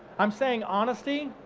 i'm saying honesty